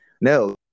No